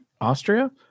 austria